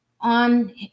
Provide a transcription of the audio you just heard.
on